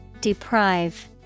Deprive